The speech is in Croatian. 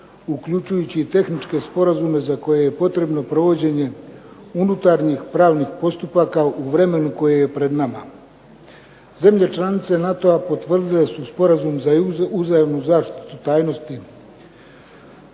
uključujući i tehničke sporazume za koje je potrebno provođenje unutarnjih pravnih postupaka u vremenu koje je pred nama. Zemlje članice NATO-a potvrdile su Sporazum za uzajamnu zaštitu tajnosti